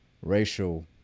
racial